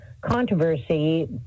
controversy